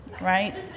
right